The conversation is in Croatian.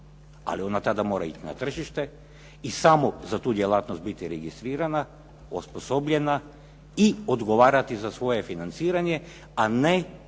ali ona tada mora ići na tržište i samo za tu djelatnost biti registrirana, osposobljena i odgovarati za svoje financiranje, a ne